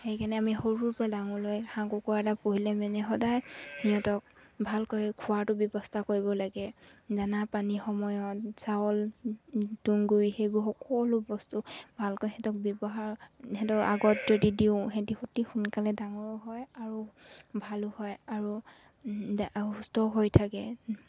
সেইকাৰণে আমি সৰু সৰুৰ পৰা ডাঙৰলৈ হাঁহ কুকুৰা এটা পুহিলে মানে সদায় সিহঁতক ভালকৈ খোৱাটো ব্যৱস্থা কৰিব লাগে দানা পানী সময়ত চাউল তুংগুৰি সেইবোৰ সকলো বস্তু ভালকৈ সিহঁতক ব্যৱহাৰ সিহঁতক আগত যদি দিওঁ সিহঁতে অতি সোনকালে ডাঙৰো হয় আৰু ভালো হয় আৰু সুস্থও হৈ থাকে